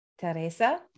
Teresa